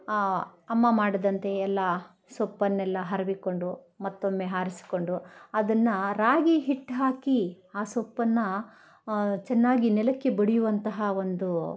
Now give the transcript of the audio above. ಅಮ್ಮ ಮಾಡಿದಂತೆ ಎಲ್ಲ ಸೊಪ್ಪನ್ನೆಲ್ಲ ಹರವಿಕೊಂಡು ಮತ್ತೊಮ್ಮೆ ಆರಿಸ್ಕೊಂಡು ಅದನ್ನು ರಾಗಿ ಹಿಟ್ಟು ಹಾಕಿ ಆ ಸೊಪ್ಪನ್ನು ಚೆನ್ನಾಗಿ ನೆಲಕ್ಕೆ ಬಡಿಯುವಂತಹ ಒಂದು